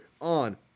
on